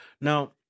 now